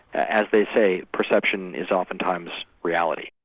as they say, perception is oftentimes reality.